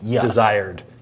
desired